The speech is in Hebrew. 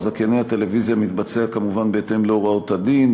זכייני הטלוויזיה מתבצע כמובן בהתאם להוראות הדין,